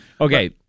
Okay